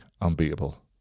unbeatable